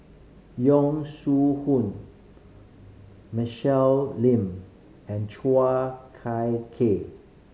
Yong Shu Hoong Michelle Lim and Chua Kai Kay